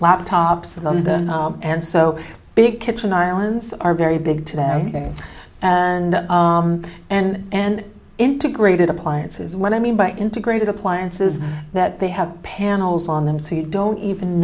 laptops of them and so big kitchen islands are very big today and and and integrated appliances what i mean by integrated appliances that they have panels on them so you don't even